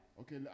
okay